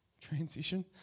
transition